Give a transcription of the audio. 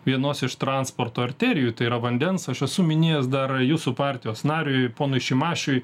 vienos iš transporto arterijų tai yra vandens aš esu minėjęs dar jūsų partijos nariui ponui šimašiui